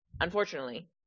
unfortunately